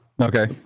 Okay